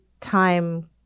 time